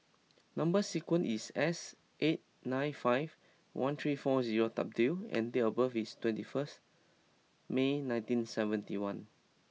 number sequence is S eight nine five one three four zero W and date of birth is twenty first May nineteen seventy one